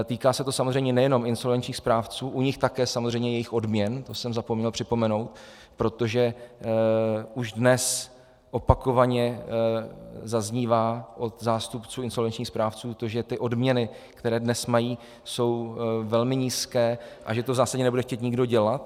Týká se to samozřejmě nejenom insolvenčních správců, u nich také samozřejmě jejich odměn, to jsem zapomněl připomenout, protože už dnes opakovaně zaznívá od zástupců insolvenčních správců, že odměny, které dnes mají, jsou velmi nízké a že to zásadně nebude chtít nikdo dělat.